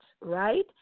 right